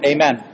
Amen